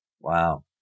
Wow